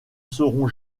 seront